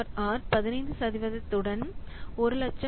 R 15 சதவிகிதத்துடன் 100000 என்